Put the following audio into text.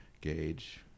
gauge